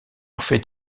fait